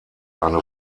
eine